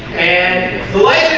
and